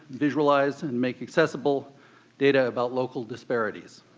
visualize, and make accessible data about local disparities.